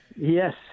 Yes